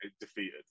defeated